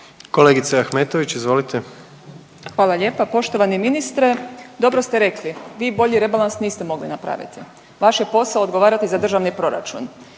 **Ahmetović, Mirela (SDP)** Hvala lijepa. Poštovani ministre, dobro ste rekli vi bolji rebalans niste mogli napraviti, vaš je posao odgovarati za državni proračun.